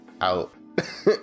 out